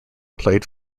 played